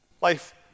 Life